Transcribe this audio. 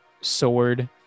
sword